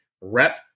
Rep